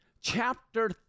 chapter